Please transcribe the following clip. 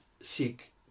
seek